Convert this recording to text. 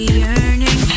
yearning